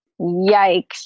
Yikes